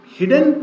hidden